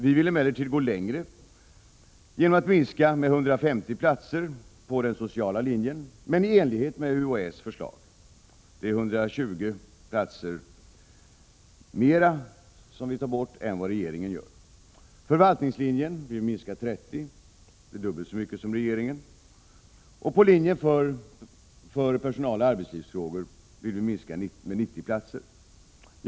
Vi vill emellertid gå längre genom att minska platsantalet på den sociala linjen med 150 platser — i enlighet med UHÄ:s förslag. Vi vill ta bort 120 platser mer än vad regeringen föreslår. På förvaltningslinjen vill vi minska med 30 platser — det är dubbelt så mycket som regeringen. På linjen för personaloch arbetslivsfrågor vill vi minska med 90 platser. Herr talman!